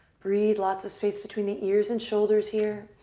breathe. lots of space between the ears and shoulders here.